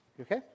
okay